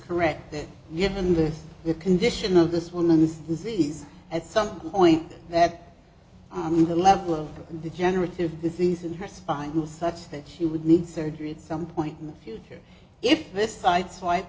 correct that given the condition of this woman's disease at some point that on the level of the generative disease and her spine was such that she would need surgery at some point in the future if this sideswipe